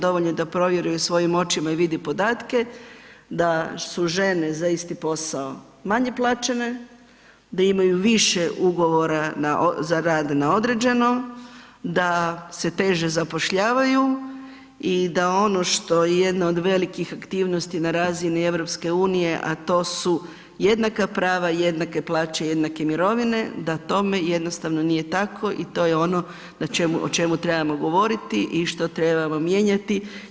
Dovoljno je da provjere svojim očima i vidi podatke, da su žene za isti posao manje plaćene, da imaju više ugovora za rad na određeno, da se teže zapošljavaju i da ono što je jedna od velikih aktivnosti na razini Europske unije a to su jednaka prava i jednake plaće i jednake mirovine da tome jednostavno nije tako i to je ono o čemu trebamo govoriti i što trebamo mijenjati.